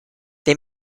they